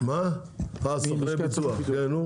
או בפיצוי לחקלאים,